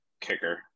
kicker